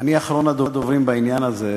אני אחרון הדוברים בעניין הזה.